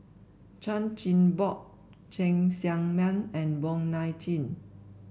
Chan Chin Bock Cheng Tsang Man and Wong Nai Chin